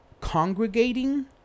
congregating